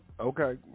Okay